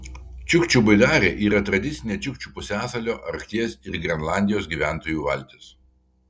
čiukčių baidarė yra tradicinė čiukčių pusiasalio arkties ir grenlandijos gyventojų valtis